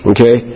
Okay